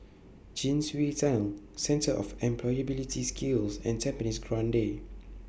Chin Swee Tunnel Centre of Employability Skills and Tampines Grande